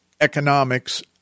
economics